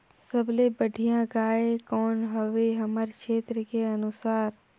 सबले बढ़िया गाय कौन हवे हमर क्षेत्र के अनुसार?